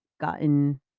gotten